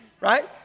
right